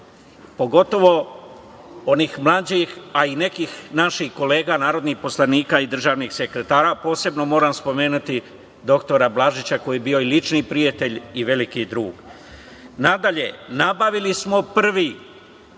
pogotovo onih mlađih, a i nekih naših kolega narodnih poslanika, a i državnih sekretara. Posebno moram spomenuti dr Blažića, koji je bio i lični prijatelj i veliki drug. Nadalje, nabavili smo prvi